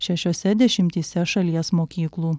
šešiose dešimtyse šalies mokyklų